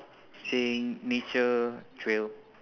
saying nature trail